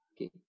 Okay